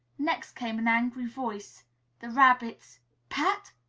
next came an angry voice the rabbit's pat!